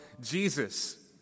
Jesus